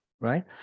Right